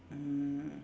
mm